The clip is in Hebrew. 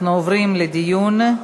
אנחנו עוברים לדיון.